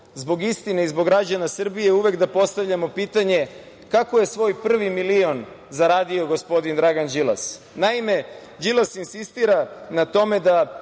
zbog istine i zbog građana Srbije uvek da postavljamo pitanje - kako je svoj prvi milion zaradio gospodin Dragan Đilas? Naime, Đilas insistira na tome da